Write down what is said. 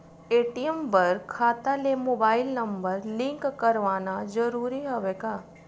ATM बर खाता ले मुबाइल नम्बर लिंक करवाना ज़रूरी हवय का?